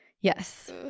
Yes